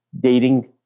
dating